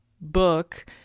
book